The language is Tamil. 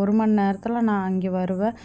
ஒரு மணி நேரத்தில் நான் அங்கே வருவேன்